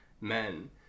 men